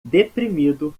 deprimido